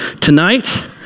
tonight